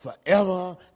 forever